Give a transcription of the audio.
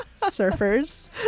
surfers